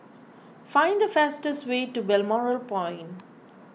find the fastest way to Balmoral Point